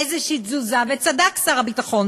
וצדק שר הביטחון,